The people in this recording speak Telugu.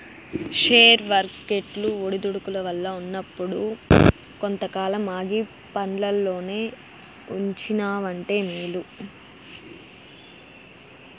షేర్ వర్కెట్లు ఒడిదుడుకుల్ల ఉన్నప్పుడు కొంతకాలం ఆగి పండ్లల్లోనే ఉంచినావంటే మేలు